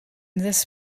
this